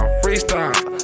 freestyle